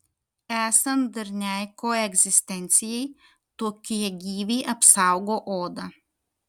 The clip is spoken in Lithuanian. esant darniai koegzistencijai tokie gyviai apsaugo odą